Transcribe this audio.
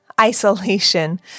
isolation